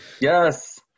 Yes